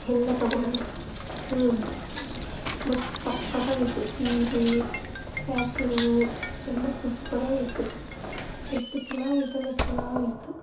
ಎಲ್ಲ ತೊಗೊಳ್ಳೋಣ ಹ್ಞೂ ಬಟ್ ಸಕ್ಕತ್ತಾಗಾಯ್ತು ಸೀರೆ ಮ್ಯಾಚಿಂಗು ಎಲ್ಲ ಸೂಪರಾಗಿತ್ತು ಎಷ್ಟು ಚೆನ್ನಾಗಿತ್ತೆಂದ್ರೆ ಅಷ್ಟು ಚೆನ್ನಾಗಿತ್ತು